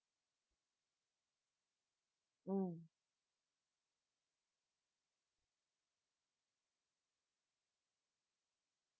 mm